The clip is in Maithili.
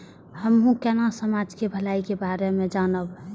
हमू केना समाज के भलाई के बारे में जानब?